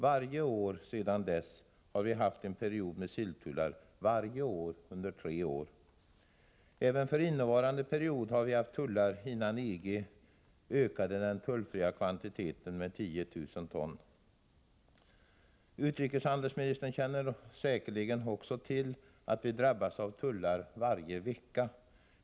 Varje år sedan dess har vi haft en period med silltullar — varje år under tre år. Även för innevarande period har vi haft tullar innan EG ökade den tullfria kvantiteten med 10 000 ton. Utrikeshandelsministern känner säkerligen också till att vi drabbas av tullar varje vecka.